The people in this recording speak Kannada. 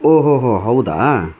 ಓಹೋ ಹೋ ಹೌದಾ